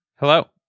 Hello